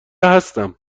هستم